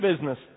business